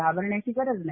घाबरण्याची गरज नाही